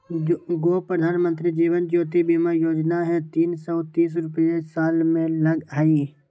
गो प्रधानमंत्री जीवन ज्योति बीमा योजना है तीन सौ तीस रुपए साल में लगहई?